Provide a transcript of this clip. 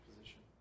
position